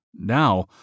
Now